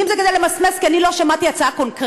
אם זה כדי למסמס כי אני לא שמעתי הצעה קונקרטית,